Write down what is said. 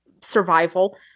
survival